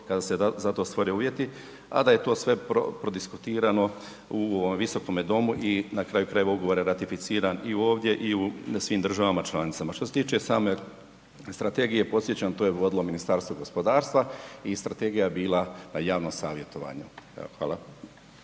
kada se za to stvore uvjeti, a da je to sve prodiskutirano u ovome Visokome domu i na kraju krajeva ugovor je ratificiran i ovdje i na svim državama članicama. Što se tiče same strategije podsjećam to je vodilo Ministarstvo gospodarstva i strategija je bila na javnom savjetovanju, evo